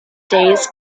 days